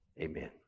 Amen